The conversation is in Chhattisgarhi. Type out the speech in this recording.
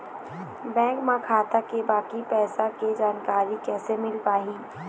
बैंक म खाता के बाकी पैसा के जानकारी कैसे मिल पाही?